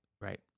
right